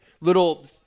Little